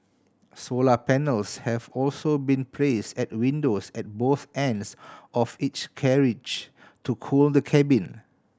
solar panels have also been place at windows at both ends of each carriage to cool the cabin